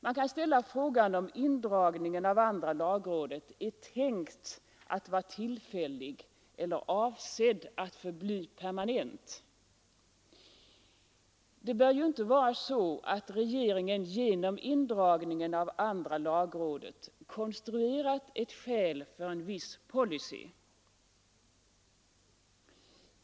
Man kan ställa frågan om indragningen av andra lagrådet är tänkt att vara tillfällig eller avsedd att vara permanent. Det bör ju inte vara så att regeringen genom indragningen av andra lagrådet konstruerat ett skäl för en viss policy.